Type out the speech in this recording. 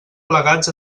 plegats